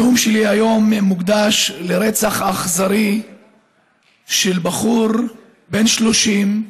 הנאום שלי היום מוקדש לרצח אכזרי של בחור בן 30,